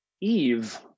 Eve